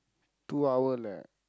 two hour leh